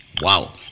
Wow